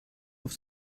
auf